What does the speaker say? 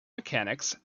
mechanics